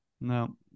No